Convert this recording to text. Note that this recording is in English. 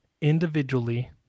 individually